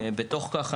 בתוך כך,